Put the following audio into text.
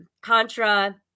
Contra